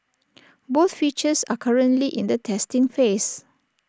both features are currently in the testing phase